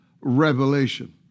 revelation